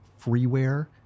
freeware